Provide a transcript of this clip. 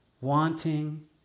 wanting